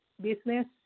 business